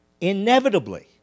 inevitably